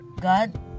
God